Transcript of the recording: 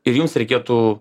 ir jums reikėtų